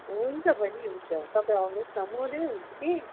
हुन्छ बहिनी हुन्छ तपाईँ आउनुहोस् न म नै हुन्छु कि